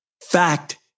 fact